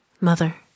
Mother